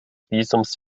visums